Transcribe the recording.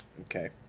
Okay